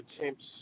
attempts